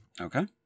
okay